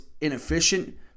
inefficient